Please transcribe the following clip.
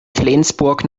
flensburg